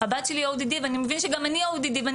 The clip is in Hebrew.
הבת שלי ODD ואני מבין שגם אני ODD ואני